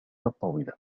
الطاولة